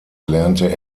lernte